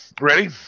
Ready